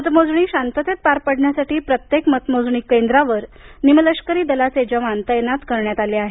मतमोजणी शांततेत पार पडण्यासाठी प्रत्येक मतमोजणी केंद्रावर निमलष्करी दलाचे जवान तैनात करण्यात आले आहेत